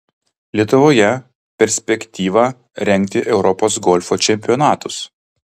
lietuvoje perspektyva rengti europos golfo čempionatus